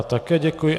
Také děkuji.